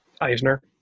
Eisner